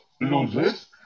loses